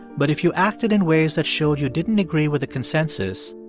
but if you acted in ways that showed you didn't agree with the consensus,